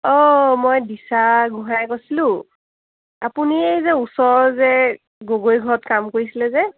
অঁ মই দিশা গোহাঁইয়ে কৈছিলোঁ আপুনি এই যে ওচৰৰ যে গগৈ ঘৰত কাম কৰিছিলে যে